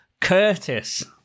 Curtis